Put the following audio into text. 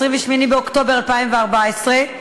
28 באוקטובר 2014,